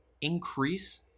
increase